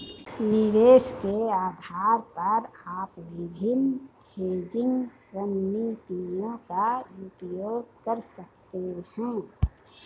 निवेश के आधार पर आप विभिन्न हेजिंग रणनीतियों का उपयोग कर सकते हैं